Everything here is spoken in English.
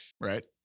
right